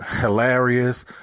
hilarious